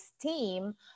team